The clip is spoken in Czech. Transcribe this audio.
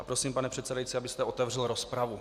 Prosím, pane předsedající, abyste otevřel rozpravu.